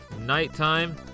Nighttime